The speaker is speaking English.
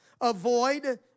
avoid